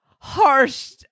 harsh